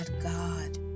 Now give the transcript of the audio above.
God